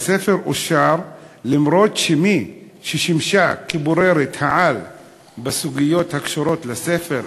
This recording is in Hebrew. הספר אושר אף שמי ששימשה כבוררת-העל בסוגיות הקשורות לספר,